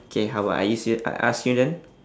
okay how about I use you I ask you then